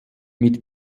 mit